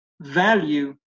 value